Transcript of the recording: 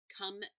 come